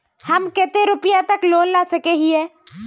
हम कते रुपया तक लोन ला सके हिये?